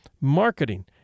marketing